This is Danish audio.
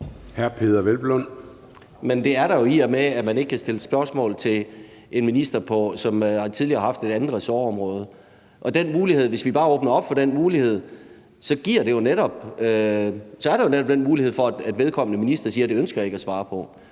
Men det er der jo, i og med at man ikke kan stille spørgsmål til en minister, som tidligere har haft et andet ressortområde, og hvis vi bare åbner op for den mulighed, giver det netop den mulighed for, at pågældende minister siger: Det ønsker jeg ikke at svare på.